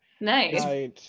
Nice